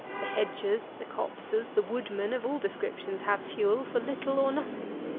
the hedgers, the copsers, the woodmen of all descriptions, have fuel for little or nothing.